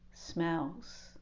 smells